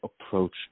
approach